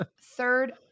third